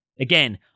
Again